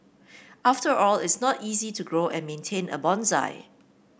after all it's not easy to grow and maintain a bonsai